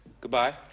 Goodbye